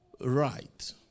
right